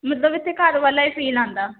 ਮਤਲਬ ਇੱਥੇ ਘਰ ਵਾਲਾ ਹੀ ਫੀਲ ਆਉਂਦਾ